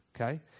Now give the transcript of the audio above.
Okay